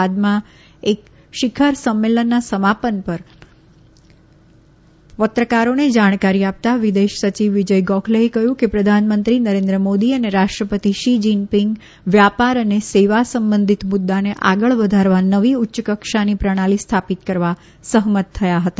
બાદમાં એક શિખર સંમેલનના સમાપન પર પત્રકારોને જાણકારી આપતા વિદેશ સચિવ વિજય ગોખલેએ કહ્યું કે પ્રધાનમંત્રી નરેન્દ્ર મોદી અને રાષ્ટ્રપતિ શી જિનપિંગ વ્યાપાર અને સેવા સંબંધિત મુદ્દાને આગળ વધારવા નવી ઉચ્ચ કક્ષાની પ્રણાલિ સ્થાપિત કરવા સહમત થયા હતા